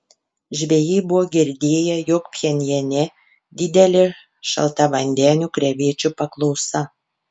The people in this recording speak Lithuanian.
žvejai buvo girdėję jog pchenjane didelė šaltavandenių krevečių paklausa